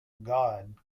god